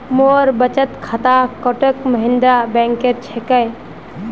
मोर बचत खाता कोटक महिंद्रा बैंकेर छिके